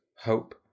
hope